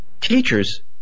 Teacher's